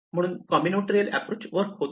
म्हणूनच combinatorial approach work होतो